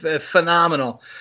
Phenomenal